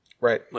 Right